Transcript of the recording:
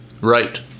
Right